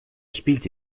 spielte